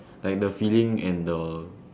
like the feeling and the